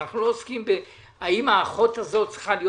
אנחנו לא עוסקים באם האחות הזאת צריכה להיות